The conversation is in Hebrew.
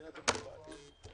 הקריטריונים,